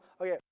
Okay